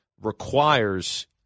requires